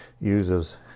uses